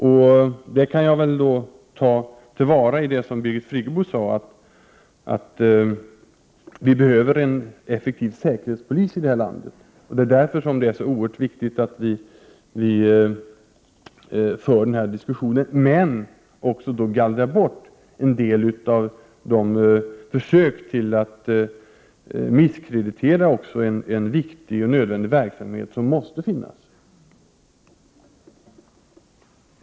Jag kan ta till vara det som Birgit Friggebo sade, att vi behöver en effektiv säkerhetspolis i det här landet. Det är därför det är så oerhört viktigt att vi för den här diskussionen, men också att vi gallrar bort försöken till misskreditering av en viktig och nödvändig verksamhet.